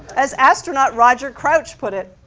as astronaut roger crouch put it.